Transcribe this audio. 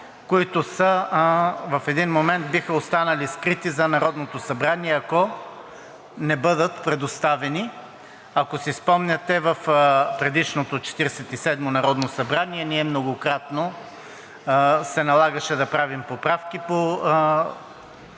които в един момент биха останали скрити за Народното събрание, ако не бъдат предоставени. Ако си спомняте, в предишното Четиридесет и седмо народно събрание ние многократно се налагаше да правим поправки по